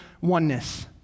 oneness